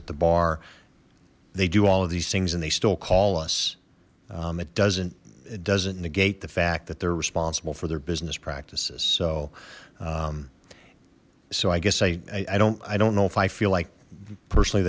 the bar they do all of these things and they still call us it doesn't doesn't negate the fact that the responsible for their business practices so so i guess i i don't i don't know if i feel like personally